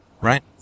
Right